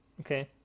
Okay